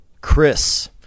Chris